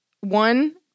one